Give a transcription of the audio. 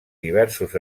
diversos